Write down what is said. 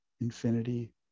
infinity